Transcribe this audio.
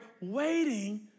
waiting